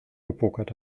gepokert